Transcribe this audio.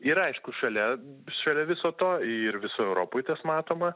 yra aišku šalia šalia viso to ir visur europoj tas matoma